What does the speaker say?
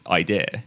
idea